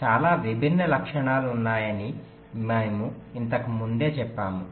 చాలా విభిన్న లక్షణాలు ఉన్నాయని మేము ఇంతకు ముందే చెప్పాము